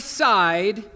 side